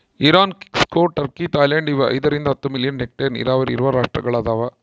Iran Mexico Turkey Thailand ಐದರಿಂದ ಹತ್ತು million hectare ನೀರಾವರಿ ಇರುವ ರಾಷ್ಟ್ರಗಳದವ